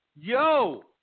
yo